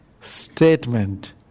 statement